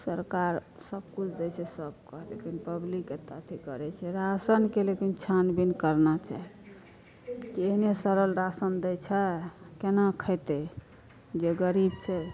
सरकार सब किछु दै छै सबके लेकिन पब्लिक एतौ अथी करै छै राशनके लेकिन छान बीन करना चाही ई नै सड़ल राशन दै छै केना खयतै जे गरीब छै